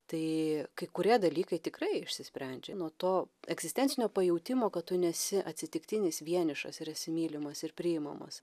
tai kai kurie dalykai tikrai išsisprendžia nuo to egzistencinio pajautimo kad tu nesi atsitiktinis vienišas ir esi mylimas ir priimamas